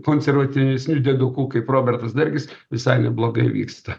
konservatyvesniu dieduku kaip robertas dargis visai neblogai vyksta